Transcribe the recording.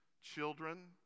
children